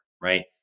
Right